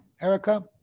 Erica